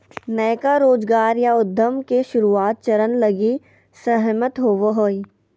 नयका रोजगार या उद्यम के शुरुआत चरण लगी सहमत होवो हइ